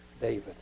David